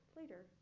later